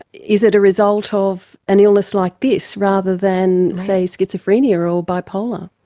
is it a result of an illness like this rather than, say, schizophrenia or bipolar.